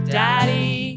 daddy